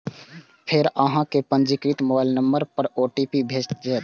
फेर अहां कें पंजीकृत मोबाइल नंबर पर ओ.टी.पी भेटत